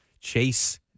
Chase